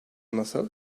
nasıl